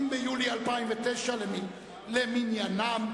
20 ביולי 2009 למניינם,